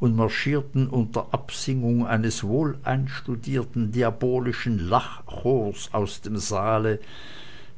und marschierten unter absingung eines wohleinstudierten diabolischen lachchors aus dem saale